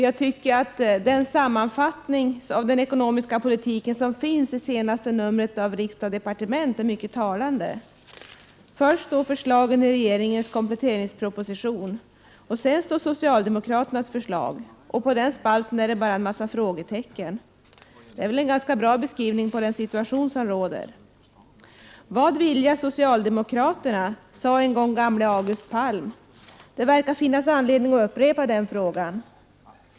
Jag tycker att den sammanfattning av den ekonomiska politiken som finns i det senaste numret av Från Riksdag & Departement är mycket talande. Först står förslagen i regeringens kompletteringsproposition, och sedan står socialdemokraternas förslag, och i den spalten är det en lång rad frågetecken. Det är väl en ganska bra beskrivning av den situation som råder. Vad vilja socialdemokraterna? frågade en gång gamle August Palm. Det verkar finnas anledning att upprepa den frågan.